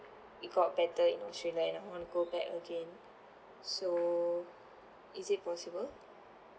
it got better in australia and I want to go back again so is it possible